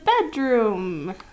bedroom